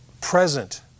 present